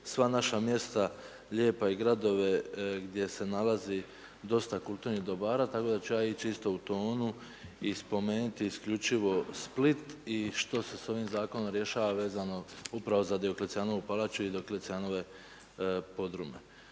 sva naša mjesta lijepa i gradove gdje se nalazi dosta kulturnih dobara tako da ću ja ići isto u tonu i spomenuti isključivo Split i što se s ovim zakonom rješava vezano upravo za Dioklecijanovu palaču i Dioklecijanove podrume.